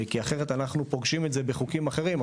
כי אחרת אנחנו פוגשים את זה בחוקים אחרים.